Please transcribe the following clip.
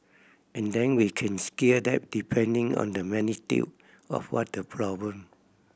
and then we can scale that depending on the magnitude of what the problem